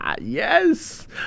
Yes